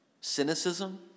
Cynicism